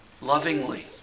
lovingly